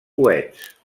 coets